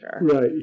Right